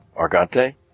argante